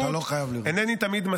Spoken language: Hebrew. אתה לא חייב, אתה לא חייב לראות.